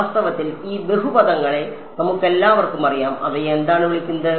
വാസ്തവത്തിൽ ഈ ബഹുപദങ്ങളെ നമുക്കെല്ലാവർക്കും അറിയാം അവയെ എന്താണ് വിളിക്കുന്നതെന്ന്